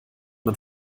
man